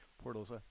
portals